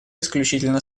исключительно